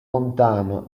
lontano